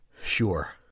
Sure